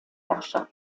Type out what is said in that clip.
herrscher